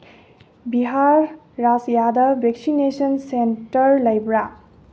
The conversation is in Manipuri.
ꯕꯤꯍꯥꯔ ꯔꯥꯖ꯭ꯌꯥꯗ ꯕꯦꯛꯁꯤꯅꯦꯁꯟ ꯁꯦꯟꯇꯔ ꯂꯩꯕ꯭ꯔꯥ